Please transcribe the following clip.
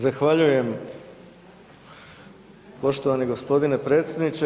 Zahvaljujem poštovani gospodine predsjedniče.